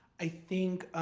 i think